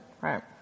right